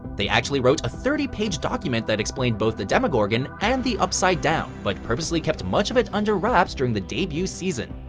they actually wrote a thirty page document that explained both the demagorgon and the upside down, but purposefully kept much of it under wraps during the debut season.